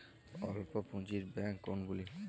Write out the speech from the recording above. স্বল্প পুজিঁর ব্যাঙ্ক কোনগুলি?